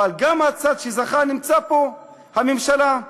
אבל גם הצד שזכה נמצא פה, הממשלה.